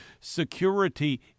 security